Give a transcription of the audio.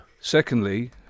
Secondly